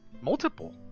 multiple